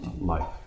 life